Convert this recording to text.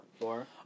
Four